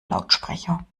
lautsprecher